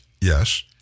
Yes